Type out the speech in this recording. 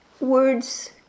words